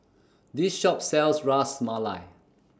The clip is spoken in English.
This Shop sells Ras Malai